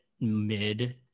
mid